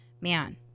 man